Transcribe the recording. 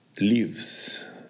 lives